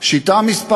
שיטה מס'